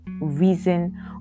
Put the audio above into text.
reason